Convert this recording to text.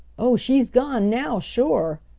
oh, she's gone now, sure!